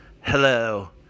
hello